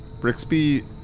Brixby